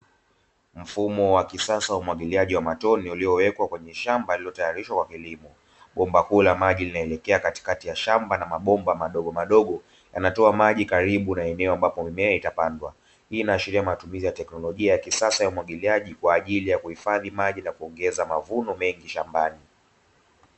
Mfumo wa kisasa wa umwagiliaji wa matone uliowekwa kwenye shamba lililotayarishwa kwa kilimo, bomba kuu la maji linaelekea katikati ya shamba na mabomba madogomadogo yanatoa maji karibu na eneo ambapo mimea itapandwa; hii inaashiria matumizi ya teknolojia ya kisasa ya umwagiliaji kwa ajili ya kuhifadhi maji na kuongeza mavuno mengi shambani.